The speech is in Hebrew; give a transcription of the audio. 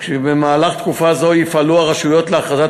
ובמהלך תקופה זו יפעלו הרשויות להכרזת